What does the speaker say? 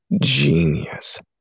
genius